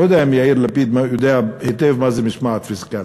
אני לא יודע אם יאיר לפיד יודע היטב מה זאת משמעת פיסקלית,